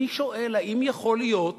אני שואל: האם יכול להיות